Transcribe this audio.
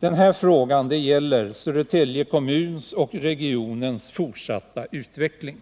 Den här frågan gäller Södertälje kommuns och regionens fortsatta utveckling.